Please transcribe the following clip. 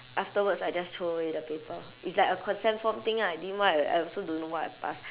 afterwards I just throw away the paper it's like a consent form thing ah I didn't why I I also don't know why I pass